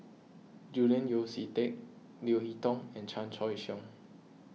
Julian Yeo See Teck Leo Hee Tong and Chan Choy Siong